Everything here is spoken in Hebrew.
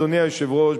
אדוני היושב-ראש,